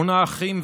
שמונה אחים ואחיות.